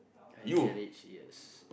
I marriage yes